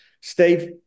steve